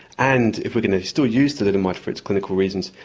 and if we're going to still use thalidomide for its clinical reasons,